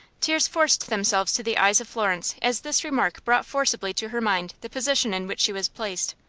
tears forced themselves to the eyes of florence, as this remark brought forcibly to her mind the position in which she was placed.